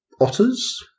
Otters